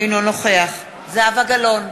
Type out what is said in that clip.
אינו נוכח זהבה גלאון,